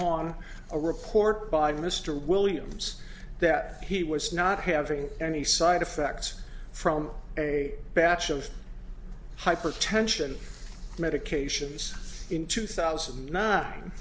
upon a report by mr williams that he was not having any side effects from a batch of hypertension medications in two thousand